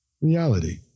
reality